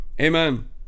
Amen